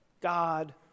God